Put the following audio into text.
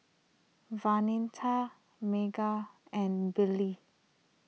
Vonetta Meghan and Billie